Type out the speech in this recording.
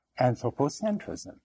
anthropocentrism